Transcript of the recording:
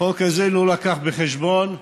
החוק הזה לא לקח בחשבון קשישים.